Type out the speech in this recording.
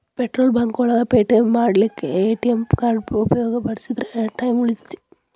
petrol bunk ಒಳಗ payment ಮಾಡ್ಲಿಕ್ಕೆ ATM card ಉಪಯೋಗಿಸಿದ್ರ ಟೈಮ್ ಉಳಿತೆತಿ